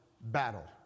battle